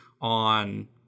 on